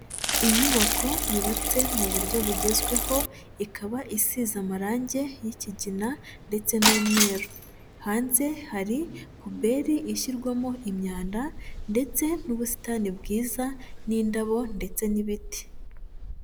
Inyubako yubatse mu buryo bugezweho, ikaba isize amarangi y'ikigina ndetse n'umweru, hanze hari puberi ishyirwamo imyanda ndetse n'ubusitani bwiza n'indabo ndetse n'ibiti.